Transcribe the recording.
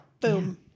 boom